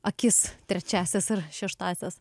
akis trečiąsias ar šeštąsias